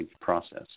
process